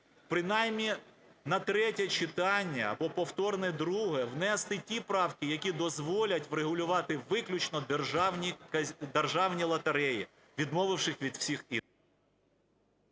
Принаймні на третє читання або повторне друге внести ті правки, які дозволять врегулювати виключно державні лотереї, відмовившись від всіх…